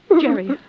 Jerry